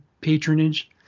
patronage